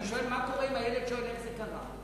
אני שואל מה קורה אם הילד שואל איך זה קרה.